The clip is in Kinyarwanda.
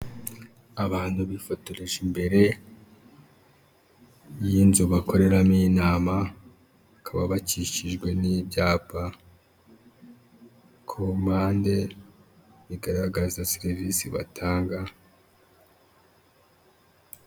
Abantu bifotoreje imbere y'inzu bakoreramo inama, bakaba bakikijwe n'ibyapa ku mpande bigaragaza serivise batanga.